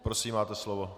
Prosím, máte slovo.